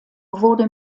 wurde